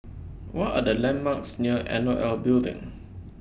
What Are The landmarks near N O L Building